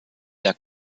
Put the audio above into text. der